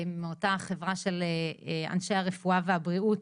מאותה חברה של אנשי הרפואה והבריאות,